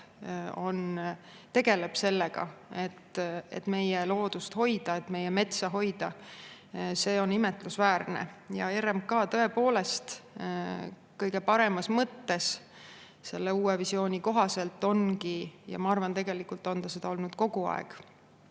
tegeleb sellega, et meie loodust hoida, meie metsa hoida, on imetlusväärne. RMK tõepoolest kõige paremas mõttes selle uue visiooni kohaselt ongi – ma arvan, et tegelikult on ta seda olnud kogu aeg,